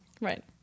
Right